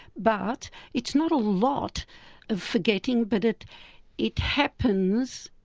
but it's not a lot of forgetting but it it happens,